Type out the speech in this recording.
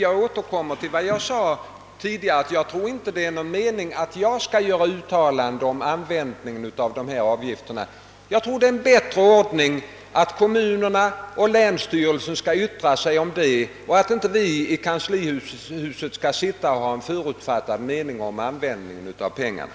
Jag återkommer till vad jag sade tidigare, att det nog inte är någon mening med att jag gör några uttalanden om användandet av dessa avgifter. Det är en bättre ordning att kommunerna och länsstyrelserna yttrar sig om detta och att vi i kanslihuset inte har någon förutfattad mening om användningen av pengarna.